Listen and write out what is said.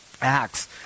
Acts